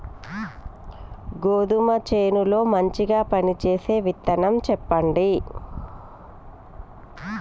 గోధుమ చేను లో మంచిగా పనిచేసే విత్తనం చెప్పండి?